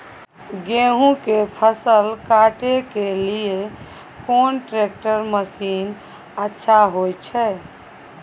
गेहूं के फसल काटे के लिए कोन ट्रैक्टर मसीन अच्छा होय छै?